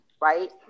right